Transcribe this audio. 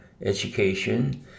education